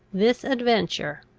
this adventure,